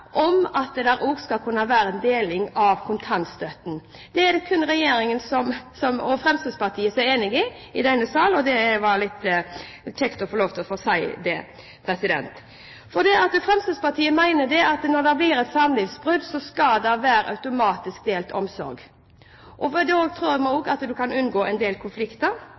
om at det skal kunne være en deling av kontantstøtten. Det er det kun regjeringen og Fremskrittspartiet som er enige om i denne sal, og det var litt kjekt å få lov til å si det. Fremskrittspartiet mener at når det blir et samlivsbrudd, skal det være automatisk delt omsorg. Da tror vi man kan unngå en del konflikter.